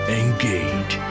engage